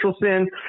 sin